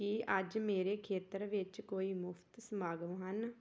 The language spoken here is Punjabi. ਕੀ ਅੱਜ ਮੇਰੇ ਖੇਤਰ ਵਿੱਚ ਕੋਈ ਮੁਫਤ ਸਮਾਗਮ ਹਨ